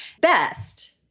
best